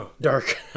dark